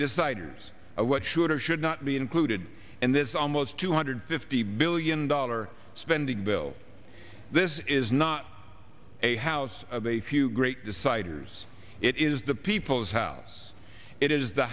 deciders of what should or should not be included in this almost two hundred fifty billion dollar spending bill this is not a house of a few great deciders it is the people's house it is the